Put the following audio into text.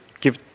give